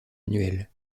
annuel